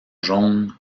jaune